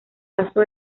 paso